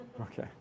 okay